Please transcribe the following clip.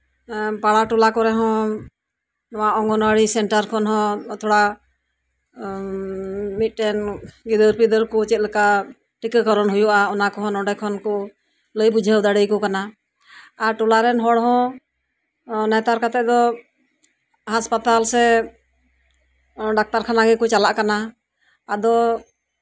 ᱯᱟᱲᱟ ᱴᱚᱞᱟ ᱠᱚᱨᱮ ᱦᱚᱸ ᱚᱝᱜᱚᱱᱣᱟᱲᱤ ᱥᱮᱱᱴᱟᱨ ᱠᱷᱚᱱ ᱦᱚᱸ ᱛᱷᱚᱲᱟ ᱢᱤᱫᱴᱮᱱ ᱜᱤᱫᱟᱹᱨ ᱯᱤᱫᱟᱹᱨ ᱠᱚ ᱪᱮᱫ ᱞᱮᱠᱟ ᱴᱤᱠᱟᱹᱠᱚᱨᱚᱱ ᱦᱩᱭᱩᱜᱼᱟ ᱚᱱᱟ ᱠᱚᱦᱚᱸ ᱱᱚᱰᱮ ᱠᱷᱚᱱ ᱠᱚ ᱞᱟᱹᱭ ᱵᱩᱡᱷᱟᱹᱣ ᱫᱟᱲᱮ ᱟᱠᱚ ᱠᱟᱱᱟ ᱟᱨ ᱴᱚᱞᱟᱨᱮᱱ ᱦᱚᱲ ᱦᱚᱸ ᱱᱮᱛᱟᱨ ᱠᱟᱛᱮᱜ ᱫᱚ ᱦᱟᱥᱯᱟᱛᱟᱞ ᱥᱮ ᱰᱟᱠᱛᱟᱨ ᱠᱷᱟᱱᱟ ᱜᱮᱠᱚ ᱪᱟᱞᱟᱜ ᱠᱟᱱᱟ ᱟᱫᱚ